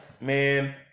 man